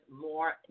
more